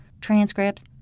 transcripts